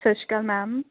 ਸਤਿ ਸ਼੍ਰੀ ਅਕਾਲ